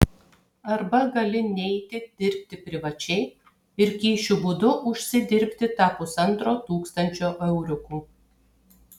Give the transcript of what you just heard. arba gali neiti dirbti privačiai ir kyšių būdu užsidirbti tą pusantro tūkstančio euriukų